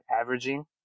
averaging